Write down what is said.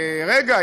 רגע,